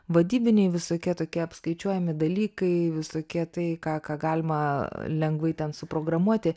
vadybiniai visokie tokie apskaičiuojami dalykai visokie tai ką ką galima lengvai ten suprogramuoti